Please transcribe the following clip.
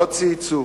לא צייצו.